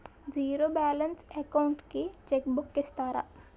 Zero balance account కి cheque book ఇస్తారా?